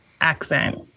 accent